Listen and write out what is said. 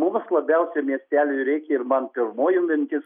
mums labiausiai miesteliui reikia ir man pirmoji mintis